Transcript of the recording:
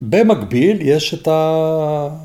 במקביל יש את ה...